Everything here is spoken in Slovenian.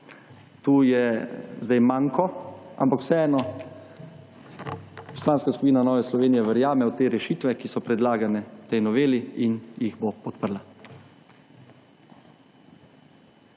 tu je zdaj manko, ampak vseeno, Poslanska skupina Nove Slovenije verjame v te rešitve, ki so predlagane v tej noveli, in jih bo podprla.